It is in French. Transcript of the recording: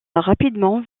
rapidement